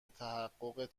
تحقق